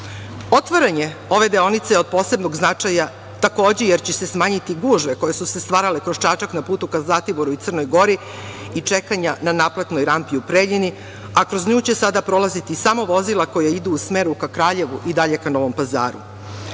deonice. Otvaranje ove deonice je od posebnog značaja takođe jer će se smanjiti gužve koje su se stvarale kroz Čačak na putu ka Zlatiboru i Crnoj Gori i čekanja na naplatnoj rampi u Preljini, a kroz nju će sada prolaziti samo vozila koja idu u smeru ka Kraljevu i dalje ka Novom